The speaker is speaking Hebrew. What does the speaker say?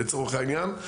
לצורך העניין.